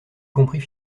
compris